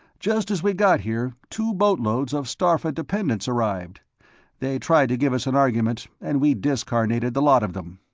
just as we got here, two boatloads of starpha dependents arrived they tried to give us an argument, and we discarnated the lot of them.